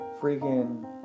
freaking